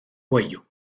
cuello